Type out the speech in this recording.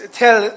tell